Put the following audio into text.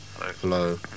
Hello